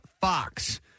Fox